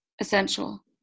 essential